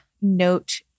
note